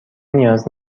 نیاز